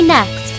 Next